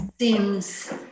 seems